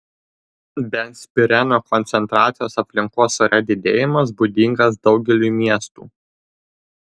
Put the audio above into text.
benzpireno koncentracijos aplinkos ore didėjimas būdingas daugeliui miestų